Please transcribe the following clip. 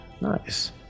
Nice